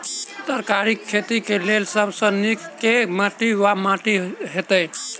तरकारीक खेती केँ लेल सब सऽ नीक केँ माटि वा माटि हेतै?